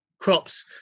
crops